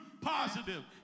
positive